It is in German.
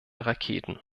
raketen